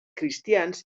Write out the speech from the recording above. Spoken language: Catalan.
cristians